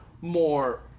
more